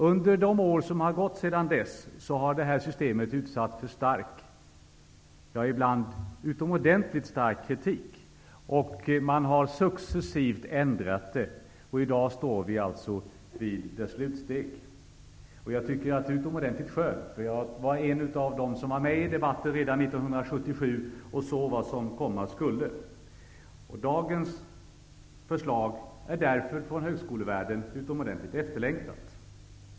Under de år som gått sedan dess har det här systemet utsatts för stark, ibland utomordentligt stark, kritik, och successivt har man ändrat systemet. I dag står vi alltså vid dess slutsteg. Jag tycker att det är utomordentligt skönt. Jag var nämligen en av dem som var med i debatten redan 1977 och såg vad som komma skulle. Dagens förslag är därför utomordentligt efterlängtat i högskolevärlden.